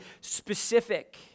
specific